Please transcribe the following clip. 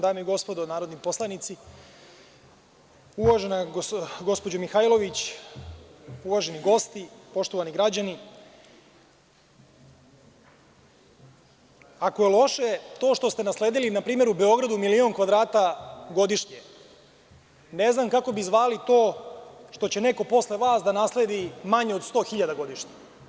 Dame i gospodo narodni poslanici, uvažena gospođo Mihajlović, uvaženi gosti, poštovani građani, ako je loše to što ste nasledili na primer u Beogradu milion kvadrata godišnje, ne znam kako bi zvali to što će neko posle vas da nasledi od vas 100.000 godišnje.